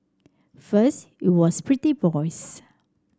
first it was pretty boys